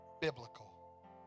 biblical